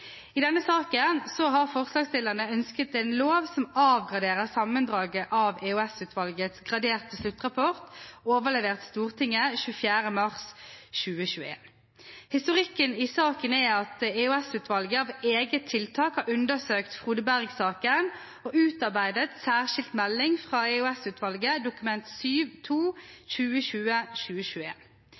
I denne saken har forslagsstillerne ønsket en lov som avgraderer sammendraget av EOS-utvalgets graderte sluttrapport, overlevert Stortinget 24. mars 2020. Historikken i saken er at EOS-utvalget av eget tiltak har undersøkt Frode Berg-saken og utarbeidet Særskilt melding fra EOS-utvalget, Dokument